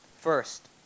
First